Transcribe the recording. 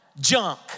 junk